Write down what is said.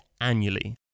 annually